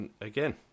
again